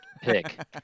pick